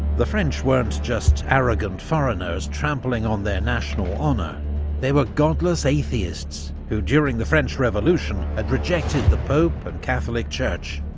the french weren't just arrogant foreigners trampling on their national honour they were godless atheists who, during the french revolution, had rejected the pope and catholic church.